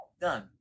Done